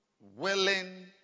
willing